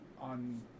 on